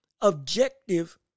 objective